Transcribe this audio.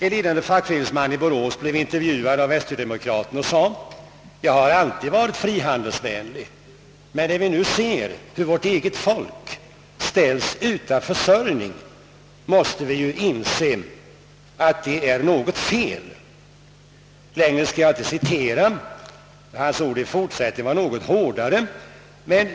En ledande fackföreningsman i Borås har i en intervju i Västgöta-Demokraten uttalat: »Jag har alltid varit frihandelsvänlig, men när vi nu ser hur vårt eget folk ställs utan försörjning måste vi inse att det är något fel.» Längre skall jag inte citera; hans ord i fortsättningen var något hårdare.